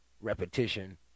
repetition